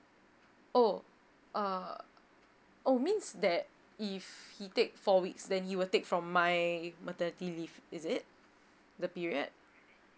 oh uh oh means that if he take four weeks then he will take from my maternity leave is it the period